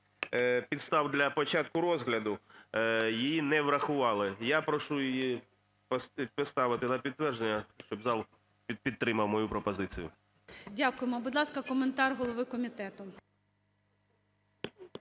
підстав для початку розгляду. Її не врахували. Я прошу її поставити на підтвердження, щоб зал підтримав мою пропозицію. ГОЛОВУЮЧИЙ. Дякуємо. Будь ласка, коментар голови комітету.